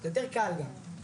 זה יותר קל גם.